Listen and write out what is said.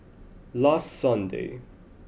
last sunday